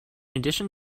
addition